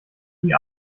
die